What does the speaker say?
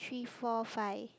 three four five